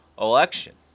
election